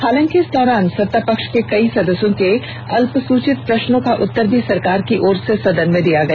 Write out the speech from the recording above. हालांकि इस दौरान सत्तापक्ष के कई सदस्यों के अल्पसूचित प्रश्न का उत्तर भी सरकार की ओर से सदन में दिया गया